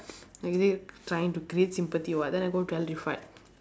like is it trying to create sympathy or what then I go tell